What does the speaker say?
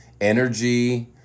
energy